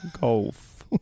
Golf